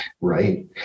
Right